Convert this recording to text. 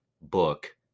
book